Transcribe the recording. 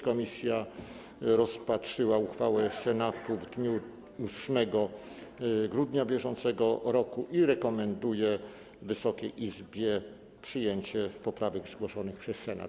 Komisja rozpatrzyła uchwałę Senatu w dniu 8 grudnia br. i rekomenduje Wysokiej Izbie przyjęcie poprawek zgłoszonych przez Senat.